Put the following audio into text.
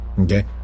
Okay